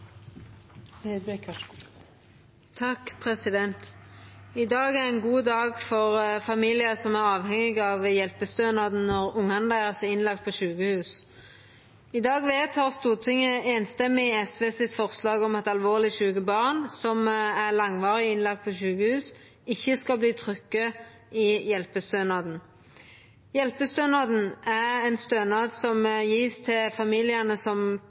avhengige av hjelpestønaden når ungane deira er innlagde på sjukehus. I dag vedtek Stortinget samrøystes SV sitt forslag om at alvorleg sjuke barn som er langvarig innlagde på sjukehus, ikkje skal verta trekte i hjelpestønaden. Hjelpestønaden er ein stønad som vert gjeven til familiane som